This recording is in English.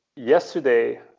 Yesterday